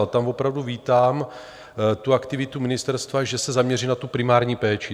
Tam opravdu vítám tu aktivitu ministerstva, že se zaměří na primární péči.